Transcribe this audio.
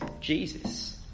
jesus